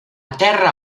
terra